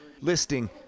listing